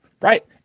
right